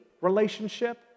relationship